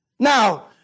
Now